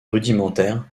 rudimentaire